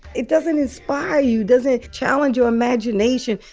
it doesn't inspire you, doesn't challenge your imagination.